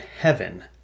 heaven